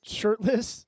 shirtless